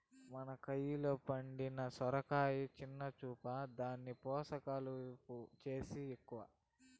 మన కయిలో పండిన సొరకాయని సిన్న సూపా, దాని పోసకాలు సేనా ఎక్కవ